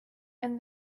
and